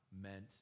meant